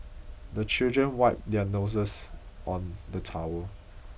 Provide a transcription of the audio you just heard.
the children wipe their noses on the towel